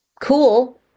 cool